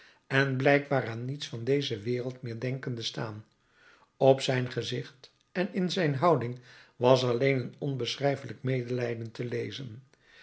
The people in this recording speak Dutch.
en blijkbaar aan niets van deze wereld meer denkende staan op zijn gezicht en in zijn houding was alleen een onbeschrijfelijk medelijden te lezen